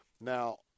Now